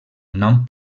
nom